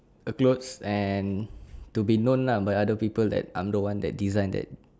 a clothes and to be known lah by other people that I'm the one that design that